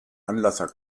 anlasser